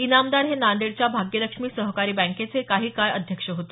इनामदार हे नांदेडच्या भाग्यलक्ष्मी सहकारी बँकेचे काही काळ अध्यक्ष होते